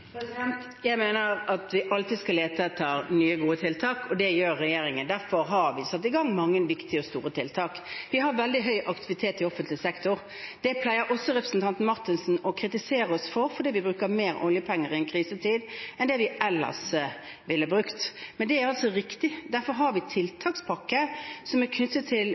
Jeg mener at vi alltid skal lete etter nye gode tiltak, og det gjør regjeringen. Derfor har vi satt i gang mange viktige, store tiltak. Vi har veldig høy aktivitet i offentlig sektor. Det pleier også representanten Marthinsen å kritisere oss for, fordi vi bruker mer oljepenger i en krisetid enn det vi ellers ville brukt. Men det er altså riktig. Derfor har vi en tiltakspakke med målrettede tiltak for de regionene og bransjene som er hardest rammet knyttet til